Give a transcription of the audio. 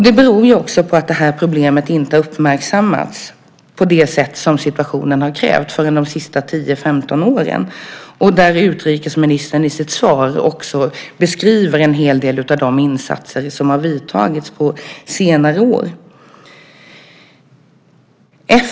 Det beror också på att det här problemet inte har uppmärksammats på det sätt som situationen har krävt förrän de sista 10-15 åren. Utrikesministern beskriver också i sitt svar en hel del av de insatser som har vidtagits på senare år.